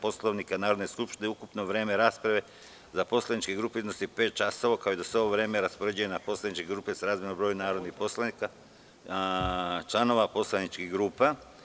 Poslovnika Narodne skupštine, ukupno vreme rasprave za poslaničke grupe iznosi pet časova, kao i da se ovo vreme raspoređuje na poslaničke grupe srazmerno broju narodnih poslanika članova poslaničke grupe.